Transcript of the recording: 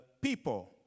people